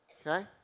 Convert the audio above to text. okay